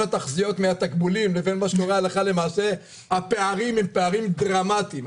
התחזיות מהתגמולים ובין מה שקורה הלכה למעשה הפערים הם פערים דרמטיים.